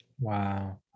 Wow